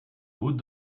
haute